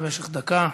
במשך דקה.